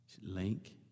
link